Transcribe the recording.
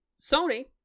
Sony